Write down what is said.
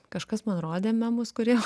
kažkas man rodė memus kurie